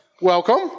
welcome